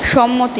সম্মতি